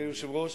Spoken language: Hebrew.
אדוני היושב-ראש,